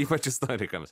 ypač istorikams